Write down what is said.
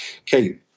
okay